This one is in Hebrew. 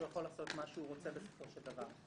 יכול לעשות מה שהוא רוצה בסופו של דבר.